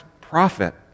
prophet